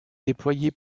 déployés